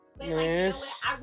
Yes